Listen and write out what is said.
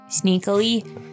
sneakily